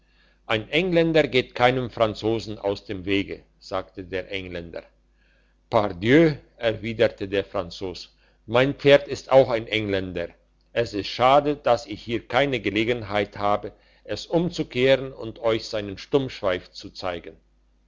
ein engländer geht keinem franzosen aus dem wege sagte der engländer par dieu erwiderte der franzos mein pferd ist auch ein engländer es ist schade dass ich hier keine gelegenheit habe es umzukehren und euch seinen stumpfschweif zu zeigen